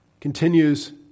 continues